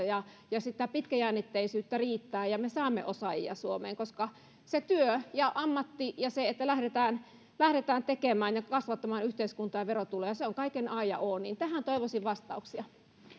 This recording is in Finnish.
ja että sitä pitkäjännitteisyyttä riittää ja me saamme osaajia suomeen sillä työ ja ammatti ja se että lähdetään lähdetään tekemään ja kasvattamaan yhteiskuntaa ja verotuloja se on kaiken a ja o tähän toivoisin vastauksia